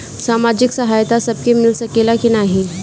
सामाजिक सहायता सबके मिल सकेला की नाहीं?